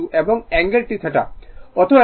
অতএব θ r tan inverse X R